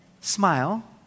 smile